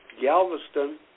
Galveston